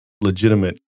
legitimate